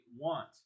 want